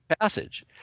passage